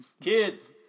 Kids